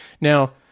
Now